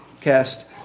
cast